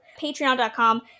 Patreon.com